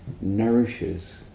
nourishes